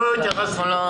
לא התייחסנו.